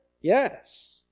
Yes